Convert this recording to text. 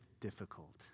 difficult